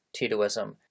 Titoism